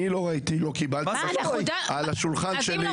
אני לא ראיתי, לא קיבלתי.